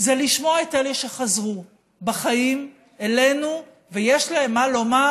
זה לשמוע את אלה שחזרו בחיים אלינו ויש להם מה לומר,